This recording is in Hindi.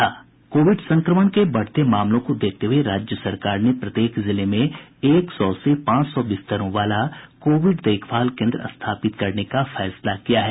कोविड संक्रमण के बढ़ते मामलों को देखते हुए राज्य सरकार ने प्रत्येक जिले में एक सौ से पांच सौ बिस्तरों वाला कोविड देखभाल केन्द्र स्थापित करने का फैसला किया है